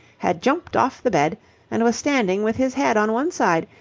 had jumped off the bed and was standing with his head on one side,